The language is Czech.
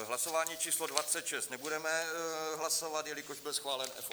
Hlasování číslo dvacet šest nebudeme hlasovat, jelikož byl schválen F8551.